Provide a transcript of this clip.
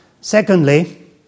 Secondly